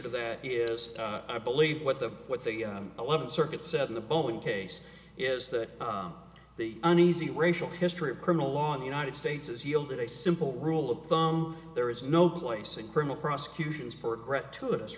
to that is i believe what the what the eleventh circuit said in the boeing case is that the uneasy racial history of criminal law in the united states has yielded a simple rule of thumb there is no place in criminal prosecutions progressed to us